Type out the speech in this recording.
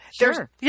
sure